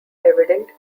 evident